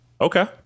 Okay